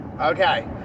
Okay